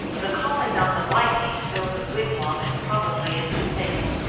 the calling on the lightning to build a wigwam is probably a mistake.